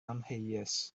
amheus